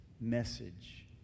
message